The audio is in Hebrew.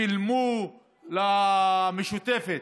שילמו למשותפת,